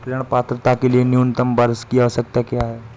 ऋण पात्रता के लिए न्यूनतम वर्ष की आवश्यकता क्या है?